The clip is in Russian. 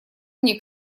мне